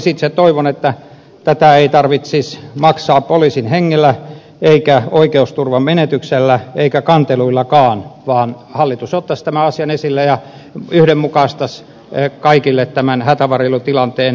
itse toivon että tätä ei tarvitsisi maksaa poliisin hengellä eikä oikeusturvan menetyksellä eikä kanteluillakaan vaan hallitus ottaisi tämän asian esille ja yhdenmukaistaisi kaikille virkamiehille tämän hätävarjelutilanteen